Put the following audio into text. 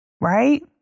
Right